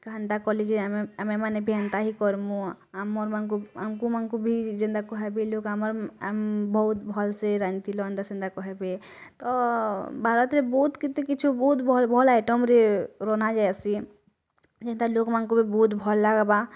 କାନ୍ତା କଲି ଯେ ଆମେ ଆମେ ମନେବି ଏନ୍ତା ହିଁ କର୍ମୁ ଆମର ମାନକୁ ଆମଙ୍କୁ ମାନଙ୍କୁ ଯେନ୍ତା ବହୁତ ଭଲସେ ଏନ୍ତା ସେନ୍ତା କହିବେ ତ ଭାରତ ରେ ବହୁତ କେତେ କିଛି ବହୁତ ଭଲ ଭଲ ଆଇଟମ୍ରେ ରନା ଯାଇଆସି ଯେନ୍ତା ଲୋଗମାନଙ୍କୁ ବହୁତ ଭଲ୍ ଲାଗେବା